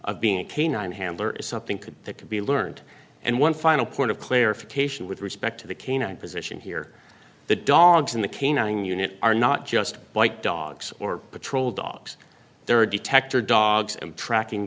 of being a k nine handler is something could that could be learned and one final point of clarification with respect to the canine position here the dogs in the canine unit are not just white dogs or patrol dogs there are detector dogs and tracking